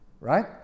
Right